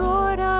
Lord